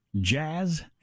jazz